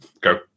go